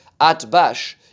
Atbash